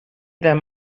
that